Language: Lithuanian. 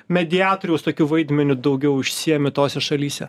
mediatoriaus tokiu vaidmeniu daugiau užsiimi tose šalyse